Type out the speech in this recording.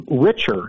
richer